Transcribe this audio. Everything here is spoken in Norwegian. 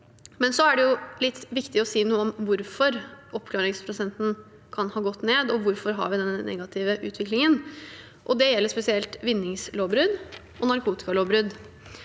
Det er viktig å si noe om hvorfor oppklaringsprosenten kan ha gått ned, og hvorfor vi har den negative utviklingen, og det gjelder spesielt vinningslovbrudd og narkotikalovbrudd.